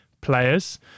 players